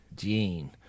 Gene